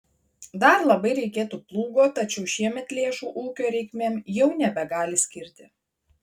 dar labai reikėtų plūgo tačiau šiemet lėšų ūkio reikmėm jau nebegali skirti